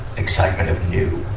excitement of new.